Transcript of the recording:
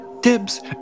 Dibs